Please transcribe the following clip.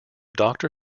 doctor